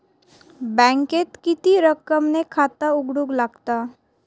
बँकेत किती रक्कम ने खाता उघडूक लागता?